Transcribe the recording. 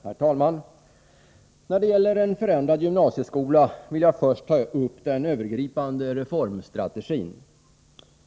Herr talman! När det gäller en förändrad gymnasieskola vill jag först ta upp den övergripande reformstrategin.